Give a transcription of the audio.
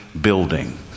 building